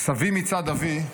סבי מצד אבי,